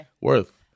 worth